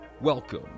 Welcome